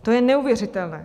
To je neuvěřitelné.